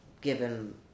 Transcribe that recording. given